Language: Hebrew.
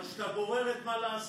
אבל כשאתה בורר את מה לעשות,